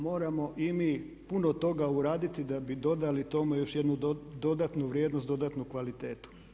Moramo i mi puno toga uraditi da bi dodali tome još jednu dodatnu vrijednost, dodatnu kvalitetu.